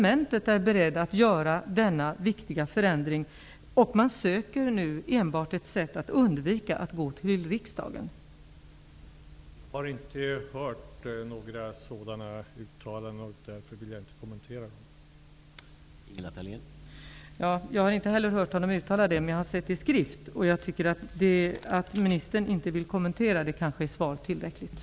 Trots det bekymmersamma läget kan vi läsa i pressen att statliga stöd beviljas för att flytta verksamheter från Stockholm till andra delar av landet. Avser regeringen att vidta några åtgärder beträffande statligt stöd vid flyttning av företag när det inte handlar om nyetablering?